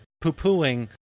poo-pooing